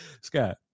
Scott